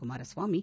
Kumaraswamy